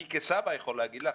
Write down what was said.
אני כסבא יכול להגיד לך.